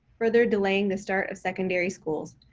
further delaying the start of secondary schools.